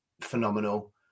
Phenomenal